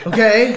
Okay